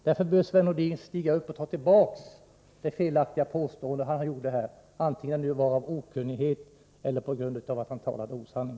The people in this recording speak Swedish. Sven-Erik Nordin bör därför ta tillbaka sitt felaktiga påstående, vare sig han gjorde det av okunnighet eller talade osanning.